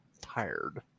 tired